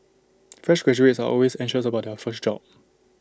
fresh graduates are always anxious about their first job